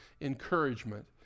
encouragement